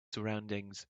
surroundings